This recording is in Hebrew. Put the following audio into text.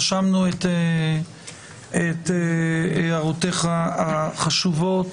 רשמנו את הערותיך החשובות.